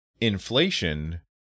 inflation